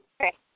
Okay